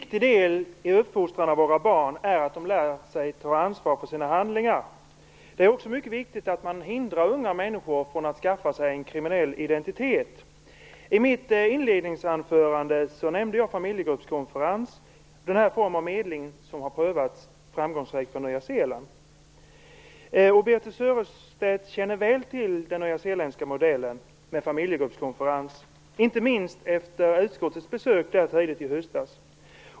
Herr talman! En viktig del i uppfostran av våra barn är att de lär sig ta ansvar för sina handlingar. Det är också mycket viktigt att man hindrar unga människor från att skaffa sig en kriminell identitet. I mitt inledningsanförande nämnde jag familjegruppskonferenser. Det är en form av medling som har prövats framgångsrikt på Nya Zeeland. Birthe Sörestedt känner väl till den nyazeeländska modellen med familjegruppskonferenser, inte minst efter utskottets besök där i höstas.